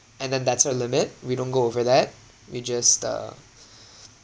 and then that's our limit we don't go over that we just uh